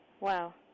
Wow